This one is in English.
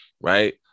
right